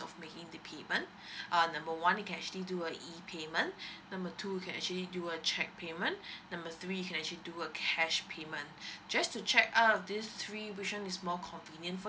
of making the payment err number one you can actually do a E payment number two you can actually do a cheque payment number three you can actually do a cash payment just to check out of these three which one is more convenient for you